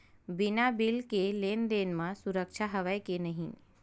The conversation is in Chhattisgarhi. बिना बिल के लेन देन म सुरक्षा हवय के नहीं?